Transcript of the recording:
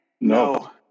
No